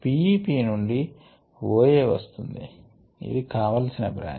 P E P నుండి OA వస్తుంది ఇది కావాల్సిన బ్రాంచ్